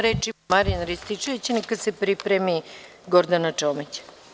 Reč ima Marijan Rističević, neka se pripremi Gordana Čomić.